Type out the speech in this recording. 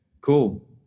cool